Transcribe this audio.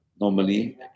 normally